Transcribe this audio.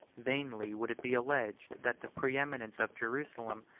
vainly would it be alleged that the preeminence of jerusalem,